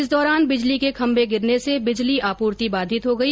इस दौरान बिजली के खम्भे गिरने से बिजली आपूर्ति बाधित हो गई